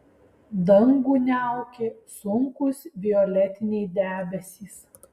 dangų niaukė sunkūs violetiniai debesys